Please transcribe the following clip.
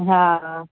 हा